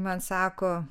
man sako